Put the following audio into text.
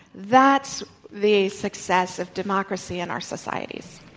that's the success of democracy in our society.